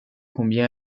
combien